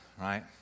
right